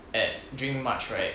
at during march right so